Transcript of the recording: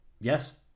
Yes